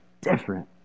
different